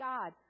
God